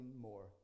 more